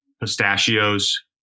pistachios